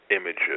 images